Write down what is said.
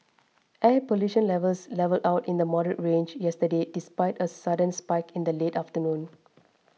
air pollution levels levelled out in the moderate range yesterday despite a sudden spike in the late afternoon